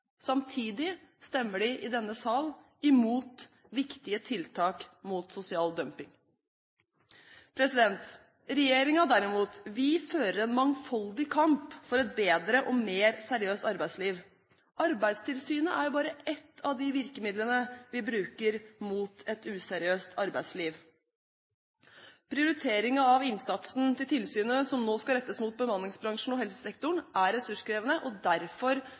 Samtidig stemmer de i denne sal imot viktige tiltak mot sosial dumping. Regjeringen, derimot, fører en mangfoldig kamp for et bedre og mer seriøst arbeidsliv. Arbeidstilsynet er jo bare ett av de virkemidlene vi bruker mot et useriøst arbeidsliv. Prioriteringen av innsatsen til tilsynet, som nå skal rettes mot bemanningsbransjen og helsesektoren, er ressurskrevende, og derfor